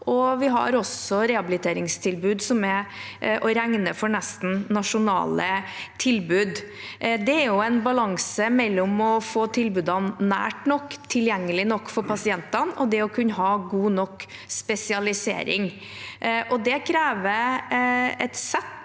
vi har også rehabiliteringstilbud som nesten er å regne som nasjonale tilbud. Det er en balanse mellom å få tilbudene nært og tilgjengelig nok for pasientene og å kunne ha god nok spesialisering. Det krever et sett